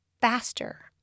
faster